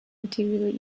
materials